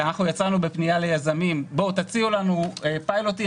יצאנו בפנייה ליזמים: בואו תציעו לנו פיילוטים,